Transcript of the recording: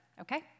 okay